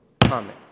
comment